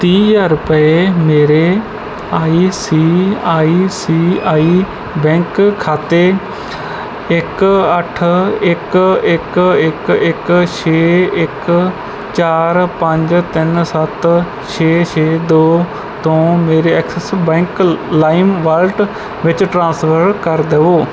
ਤੀਹ ਹਜ਼ਾਰ ਰੁਪਏ ਮੇਰੇ I C I C I bank ਖਾਤੇ ਇੱਕ ਅੱਠ ਇੱਕ ਇੱਕ ਇੱਕ ਇੱਕ ਛੇ ਇੱਕ ਚਾਰ ਪੰਜ ਤਿੰਨ ਸੱਤ ਛੇ ਛੇ ਦੋ ਤੋਂ ਮੇਰੇ ਐਕਸਿਸ ਬੈਂਕ ਲਾਇਮ ਵਾਲਿਟ ਵਿੱਚ ਟ੍ਰਾਂਸਫਰ ਕਰ ਦਵੋ